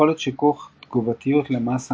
יכולת שיכוך, תגובתיות למסה